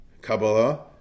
Kabbalah